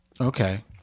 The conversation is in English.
Okay